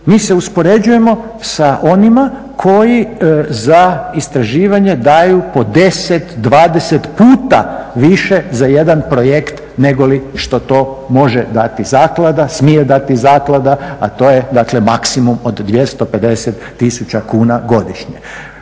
Mi se uspoređujemo da onima koji za istraživanje daju po 10, 20 puta više za jedan projekt negoli što to može dati zaklada, smije dati zaklada a to je dakle maksimum od 250000 kuna godišnje.